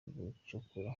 gucukura